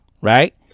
right